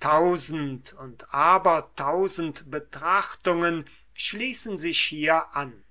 tausend und aber tausend betrachtungen schließen sich hier an